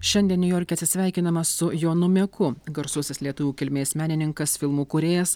šiandien niujorke atsisveikinama su jonu meku garsusis lietuvių kilmės menininkas filmų kūrėjas